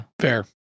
fair